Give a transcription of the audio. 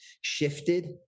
shifted